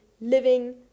living